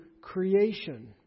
creation